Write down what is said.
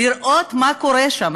לראות מה קורה שם.